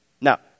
Now